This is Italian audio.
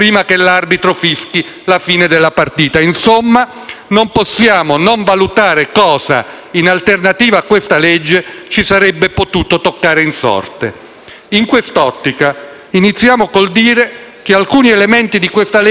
non possiamo non valutare cosa, in alternativa a questa legge, ci sarebbe potuto toccare in sorte. In quest'ottica, iniziamo col dire che alcuni elementi di questo disegno di legge non ci piacciono. Innanzi tutto - lo ribadiamo